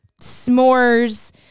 s'mores